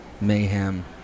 mayhem